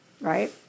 Right